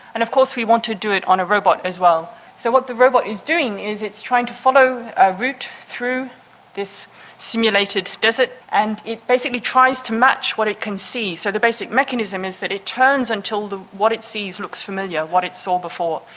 and of course we want to do it on a robot as well. so what the robot is doing is it's trying to follow a route through this simulated desert, and it basically tries to match what it can see. so the basic mechanism is that it turns until what it sees looks familiar, what it saw before.